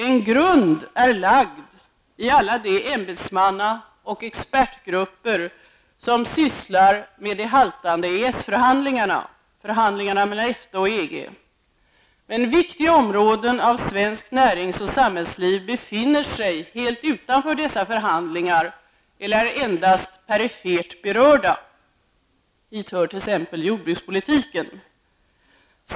En grund är lagd i alla de ämbetsmanna och expertgrupper som sysslar med de haltande EES-förhandlingarna -- förhandlingarna mellan EFTA och EG --, men viktiga områden av svenskt närings och samhällsliv befinner sig helt utanför dessa förhandlingar eller är endast perifert berörda, hit hör t.ex. jordbrukspolitiken.